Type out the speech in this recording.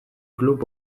klub